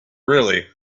really